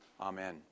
Amen